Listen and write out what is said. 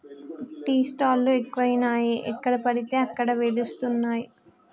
tea stall లు ఎక్కువయినాయి ఎక్కడ పడితే అక్కడ వెలుస్తానయ్